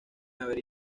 haber